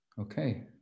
Okay